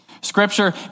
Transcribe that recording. Scripture